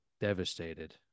devastated